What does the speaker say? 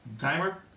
timer